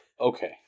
Okay